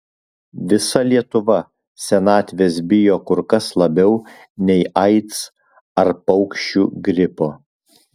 visa lietuva senatvės bijo kur kas labiau nei aids ar paukščių gripo